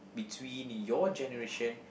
between your generation